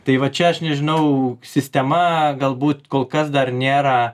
tai va čia aš nežinau sistema galbūt kol kas dar nėra